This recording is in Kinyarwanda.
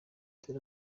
dore